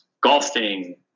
Golfing